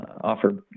offer